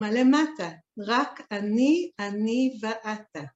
מלמטה, רק אני, אני ואתה.